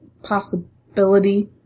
possibility